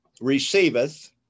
receiveth